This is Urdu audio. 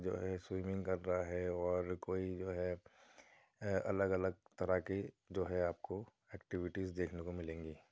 جو ہے سویمنگ کر رہا ہے اور کوئی جو ہے آ الگ الگ طرح کی جو ہے آپ کو ایکٹیویٹیز دیکھنے کو ملیں گی